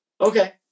Okay